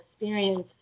experience